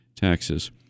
taxes